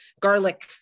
garlic